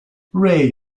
ray